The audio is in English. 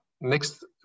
Next